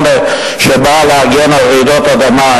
שבא להגן מפני רעידות אדמה,